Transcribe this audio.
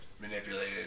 Manipulated